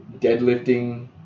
deadlifting